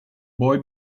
boy